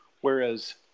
whereas